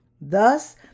Thus